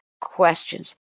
questions